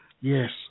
Yes